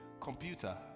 computer